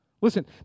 Listen